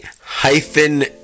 hyphen